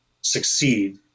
succeed